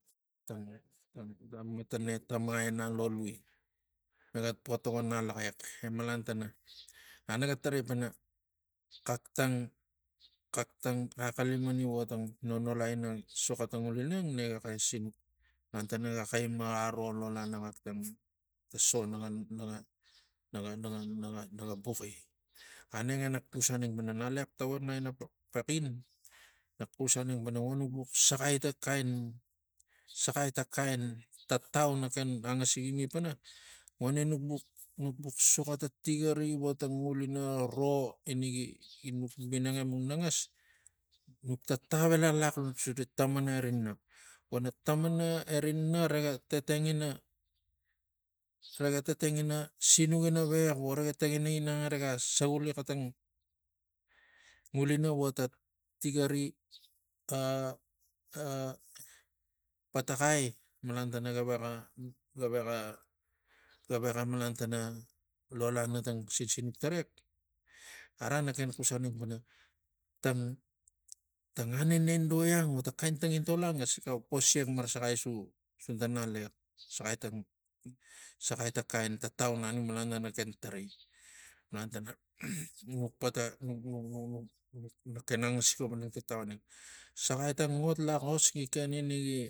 Tang tang matana etama inang lo lui naga pu togon ngalaxex e malan tana naniu naga tavai pana xax tang xax tang axalinami vo tang nonnolai ina soxo tang ngulina iang ne ga ta so naga naga naga naga naga buxi aneng e nak xus aneng pana ngalaxes ex tavan naina paxin nak xus aneng pana vo nuk bux saxai ta kain tatau nak ken angasigimi pana vo neng nuk bux nuk bux soxo ta tigari vo ta ngulina vo ina gi- gi bux minang emuk nagas nuk tatau elaxlax suta tanana eri na vona tamanaeri na rega tetengina rega tetengina sinuk inavek vo rega xexengina inang a rega saguli xetang ngulina vota tigari